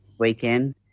weekend